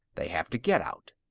they have to get out.